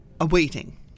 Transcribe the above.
awaiting